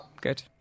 Good